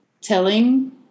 telling